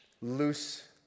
loose